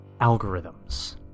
algorithms